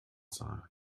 sein